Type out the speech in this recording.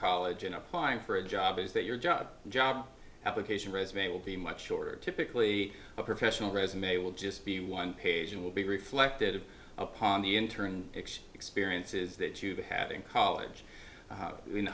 college and applying for a job is that your job job application resume will be much shorter typically a professional resume will just be one page and will be reflective upon the intern experiences that you've been having college